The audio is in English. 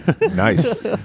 Nice